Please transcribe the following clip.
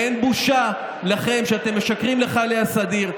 ואין לכם בושה שאתם משקרים לחיילי הסדיר.